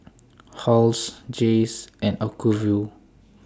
Halls Jays and Acuvue